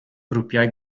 grwpiau